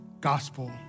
gospel